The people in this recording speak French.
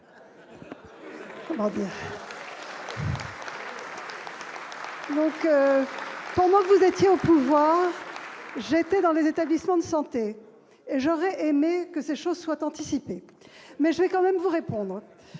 ... Pendant que vous étiez au pouvoir, je travaillais dans des établissements de santé, et j'aurais aimé que ces problèmes soient anticipés ! Mais je vais tout de même vous répondre.